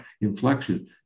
inflection